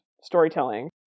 storytelling